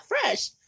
fresh